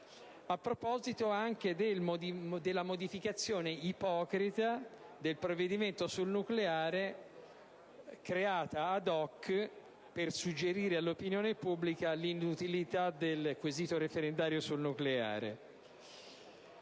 a proposito anche della modificazione ipocrita del provvedimento sul nucleare creata *ad hoc* per suggerire all'opinione pubblica l'inutilità del quesito referendario sul nucleare.